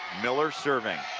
miller serving.